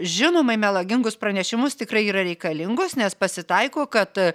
žinomai melagingus pranešimus tikrai yra reikalingos nes pasitaiko kad